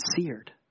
seared